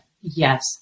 yes